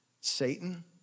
Satan